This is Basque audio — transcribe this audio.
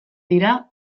dira